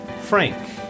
Frank